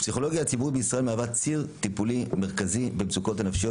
הפסיכולוגיה הציבורית בישראל מהווה ציר טיפולי מרכזי במצוקות הנפשיות